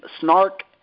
snark